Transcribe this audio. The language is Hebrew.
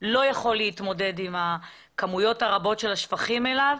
לא יכול להתמודד עם הכמויות הרבות של השפכים אליו.